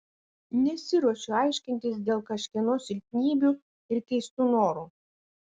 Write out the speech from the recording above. nesiruošiu aiškintis dėl kažkieno silpnybių ir keistų norų